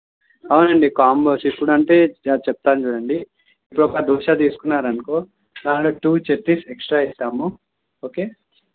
అవునండి కాంబోస్ ఇప్పుడు అంటే చెప్తాను చూడండి ఇప్పుడు ఒక దోశ తీసుకున్నారనుకో దానికి టూ చట్నీస్ ఎక్స్ట్రా ఇస్తాము ఓకే